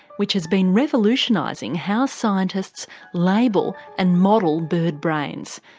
which has been revolutionising how scientists label and model bird brains.